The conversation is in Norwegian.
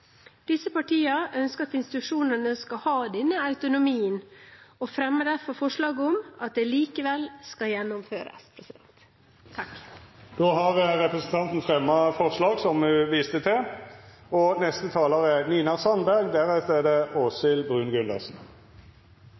Disse partiene ønsker at institusjonene skal ha denne autonomien og fremmer derfor forslag om at det likevel skal gjennomføres. Representanten Marianne Synnes har tatt opp det forslaget hun refererte til. Det gjøres en rekke lovendringer her i dag. Noen av disse justeringene er